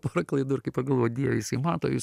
porą klaidų ir kai pagalvoju dieve jisai mato jis